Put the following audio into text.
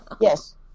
Yes